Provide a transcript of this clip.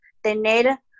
tener